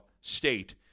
State